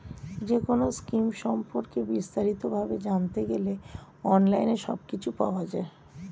যেকোনো স্কিম সম্পর্কে বিস্তারিত ভাবে জানতে হলে অনলাইনে সবকিছু পাওয়া যায়